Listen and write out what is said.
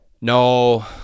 No